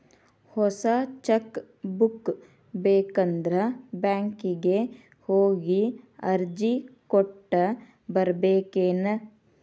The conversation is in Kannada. ಹೊಸ ಚೆಕ್ ಬುಕ್ ಬೇಕಂದ್ರ ಬ್ಯಾಂಕಿಗೆ ಹೋಗಿ ಅರ್ಜಿ ಕೊಟ್ಟ ಬರ್ಬೇಕೇನ್